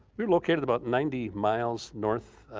we were located about ninety miles north,